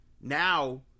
Now